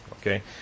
Okay